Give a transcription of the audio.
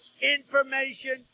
information